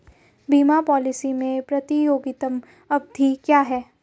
बीमा पॉलिसी में प्रतियोगात्मक अवधि क्या है?